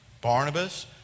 Barnabas